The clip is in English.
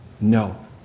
No